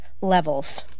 levels